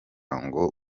ngo